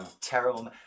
Terrible